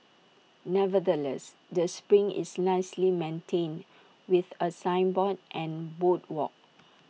nevertheless the spring is nicely maintained with A signboard and boardwalk